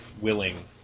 willing